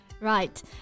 Right